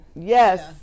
Yes